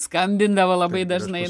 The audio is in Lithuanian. skambindavo labai dažnai